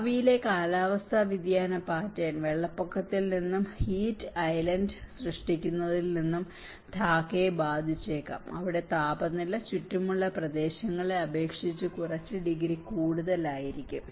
ഭാവിയിലെ കാലാവസ്ഥാ വ്യതിയാന പാറ്റേൺ വെള്ളപ്പൊക്കത്തിൽ നിന്നും ഹീറ്റ് ഐലൻഡ് സൃഷ്ടിക്കുന്നതിൽ നിന്നും ധാക്കയെ ബാധിച്ചേക്കാം അവിടെ താപനില ചുറ്റുമുള്ള പ്രദേശങ്ങളെ അപേക്ഷിച്ച് കുറച്ച് ഡിഗ്രി കൂടുതലായിരിക്കാം